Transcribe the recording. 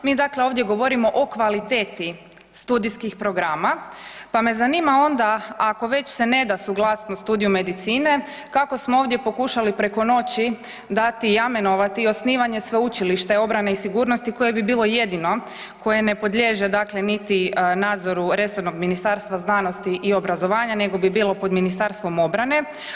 Mi dakle ovdje govorimo o kvaliteti studijskih programa, pa me zanima onda ako već se ne da suglasnost studiju medicine kako smo ovdje pokušali preko noći dati i amenovati osnivanje Sveučilišta obrane i sigurnosti koje bi bilo jedino koje ne podliježe dakle niti nadzoru resornog Ministarstva znanosti i obrazovanja nego bi bilo pod Ministarstvom obrane.